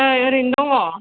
नै ओरैनो दङ